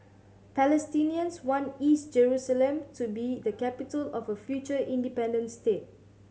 Palestinians want East Jerusalem to be the capital of a future independent state